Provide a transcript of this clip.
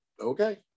Okay